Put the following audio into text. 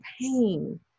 pain